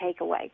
takeaway